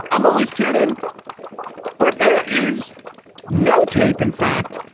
i'm always kidding or if there is no tape, in fact,